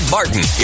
Martin